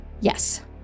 Yes